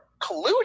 colluding